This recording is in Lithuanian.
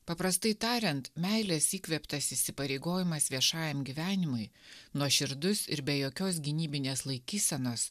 paprastai tariant meilės įkvėptas įsipareigojimas viešajam gyvenimui nuoširdus ir be jokios gynybinės laikysenos